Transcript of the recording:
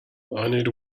need